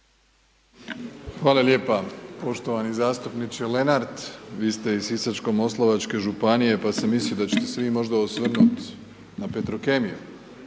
Hvala lijepa, poštovani zastupniče Lenardt, vi ste iz Sisačko-moslavačke županije pa sam mislio da ćete se vi možda osvrnut na Petrokemiju,